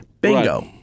Bingo